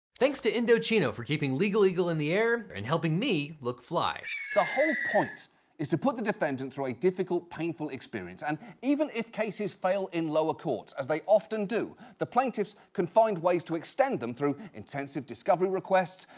thanks to indochino for keeping legal eagle in the air and helping me look fly. the whole point is to put the defendant through a difficult, painful experience, and even if cases fail in lower courts, as they often do, the plaintiffs can find ways to extend them through intensive discovery requests,